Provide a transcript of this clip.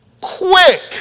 quick